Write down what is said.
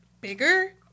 bigger